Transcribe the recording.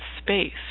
space